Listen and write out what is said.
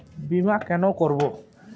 বিমা কেন করব?